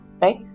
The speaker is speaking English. right